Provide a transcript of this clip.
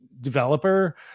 developer